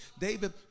David